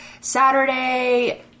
Saturday